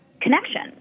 connection